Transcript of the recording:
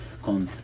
con